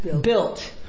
built